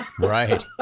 Right